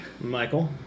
Michael